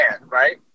right